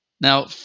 Now